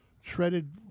shredded